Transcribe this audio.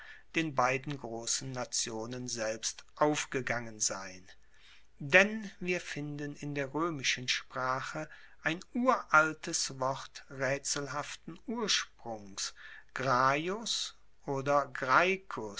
den beiden grossen nationen selbst aufgegangen sein denn wir finden in der roemischen sprache ein uraltes wort raetselhaften ursprungs graius oder